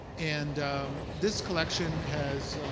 and this collection has